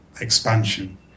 expansion